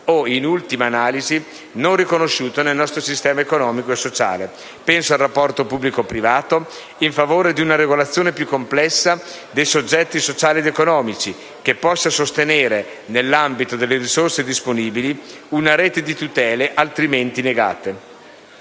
o, in ultima analisi, non riconosciuto nel nostro sistema economico e sociale. Penso al rapporto pubblico-privato, in favore di una regolazione più complessa dei soggetti sociali ed economici, che possa sostenere, nell'ambito delle risorse disponibili, una rete di tutele altrimenti negate.